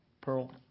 pearl